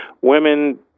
women